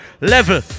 Level